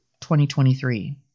2023